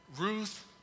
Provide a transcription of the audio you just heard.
Ruth